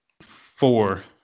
four